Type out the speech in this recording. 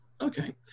Okay